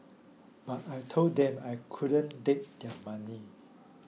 but I told them I couldn't take their money